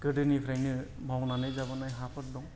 गोदोनिफ्रायनो मावनानै जाबोनाय हाफोर दं